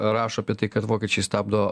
rašo apie tai kad vokiečiai stabdo